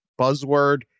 buzzword